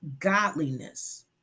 godliness